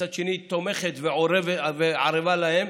מצד שני היא תומכת וערבה להן,